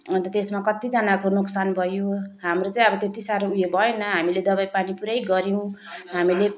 अन्त त्यसमा कतिजनाको नोक्सान भयो हाम्रो चाहिँ अब त्यति साह्रो उयो भएन हामीले दबाई पानी पुरै गऱ्यौँ